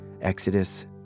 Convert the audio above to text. Exodus